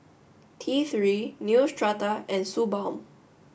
T three Neostrata and Suu balm